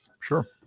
sure